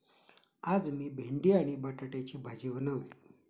आज मी भेंडी आणि बटाट्याची भाजी बनवली